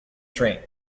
train